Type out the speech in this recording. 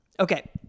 Okay